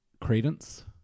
credence